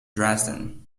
dresden